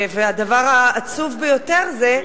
והדבר העצוב ביותר זה,